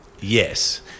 Yes